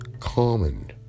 common